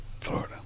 Florida